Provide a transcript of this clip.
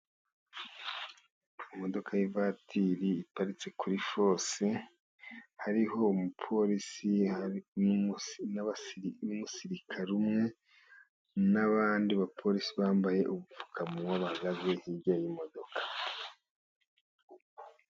Imodoka y'ivatiri iparitse kuri fose hariho umupolisi, hari n'umusirikare umwe n'abandi bapolisi bambaye ubupfukamunwa hirya y'imodoka.